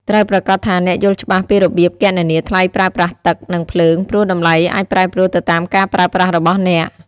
ត្រូវប្រាកដថាអ្នកយល់ច្បាស់ពីរបៀបគណនាថ្លៃប្រើប្រាស់ទឹក និងភ្លើង ព្រោះតម្លៃអាចប្រែប្រួលទៅតាមការប្រើប្រាស់របស់អ្នក។